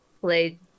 played